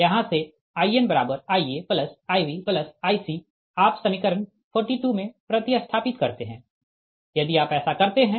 यहाँ से InIaIbIc आप समीकरण 42 में प्रति स्थापित करते है यदि आप ऐसा करते है